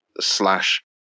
slash